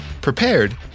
prepared